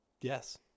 yes